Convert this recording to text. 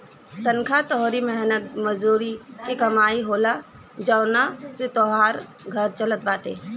तनखा तोहरी मेहनत मजूरी के कमाई होला जवना से तोहार घर चलत बाटे